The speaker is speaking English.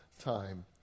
time